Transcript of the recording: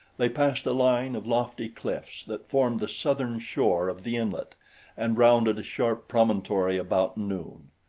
they passed a line of lofty cliffs that formed the southern shore of the inlet and rounded a sharp promontory about noon.